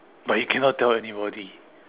but you cannot tell anybody